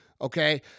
okay